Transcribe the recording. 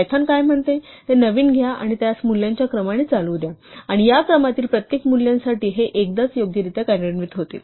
Python काय म्हणतो ते नवीन नाव घ्या आणि त्यास मूल्यांच्या क्रमाने चालवू द्या आणि या क्रमातील प्रत्येक मूल्यासाठी हे एकदाच योग्यरित्या कार्यान्वित होते